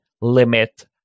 limit